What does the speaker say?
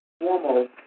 formal